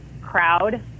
crowd